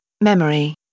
memory